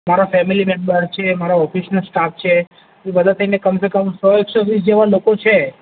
મારા family member છે મારા ઑફિસના સ્ટાફ છે એ બધાં થઈને કમ સે કમ સો એકસો વીસ જેવાં લોકો છે